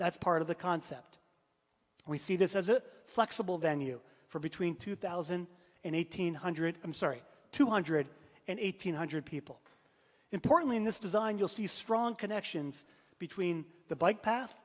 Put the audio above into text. that's part of the concept we see this as a flexible venue for between two thousand and eighteen hundred i'm sorry two hundred and eight hundred people importantly in this design you'll see strong connections between the bike path